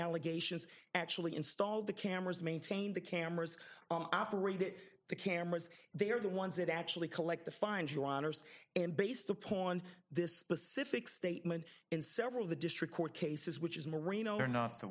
allegations actually installed the cameras maintain the cameras operated the cameras they are the ones that actually collect the find your honour's and based upon this specific statement in several of the district court cases which is marino not the